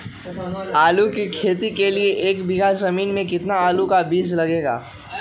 आलू की खेती के लिए एक बीघा जमीन में कितना आलू का बीज लगेगा?